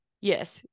yes